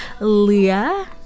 Leah